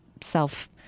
self